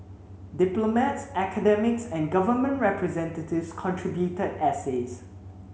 diplomats academics and government representatives contributed essays